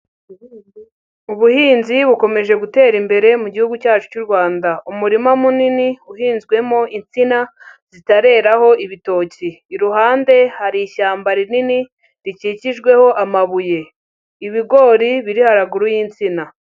Ubuhinzi bukomeje gutera imbere mu gihugu cyacu cy'u Rwanda, umurima munini uhinzwemo insina zitareraho ibitoki, iruhande hari ishyamba rinini rikikijweho amabuye, ibigori biri haruguru y'insina.